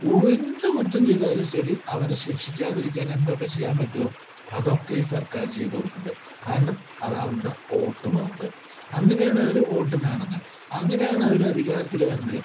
എന്ത് കുറ്റം ചെയ്താലും ശരി അവനെ ശിക്ഷിക്കാതിരിക്കാൻ എന്തൊക്കെ ചെയ്യാൻ പറ്റുമോ അതൊക്കെ ഈ സർക്കാർ ചെയ്ത് കൊടുക്കുന്നുണ്ട് കാരണം അതാണവൻ്റെ വോട്ട് ബാങ്ക് അങ്ങനെയാണ് അവർ വോട്ട് നേടുന്നത് അങ്ങനെയാണ് അവർ അധികാരത്തിൽ വരുന്നത്